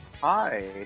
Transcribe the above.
Hi